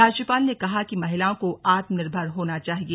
राज्यपाल ने कहा कि महिलाओं को आत्मनिर्भर होना चाहिए